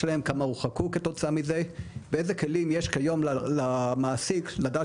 כמה הורחקו כתוצאה מזה ואילו כלים יש כיום למעסיק לדעת